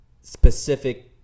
specific